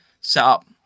setup